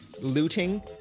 looting